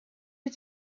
you